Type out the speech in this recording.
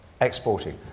exporting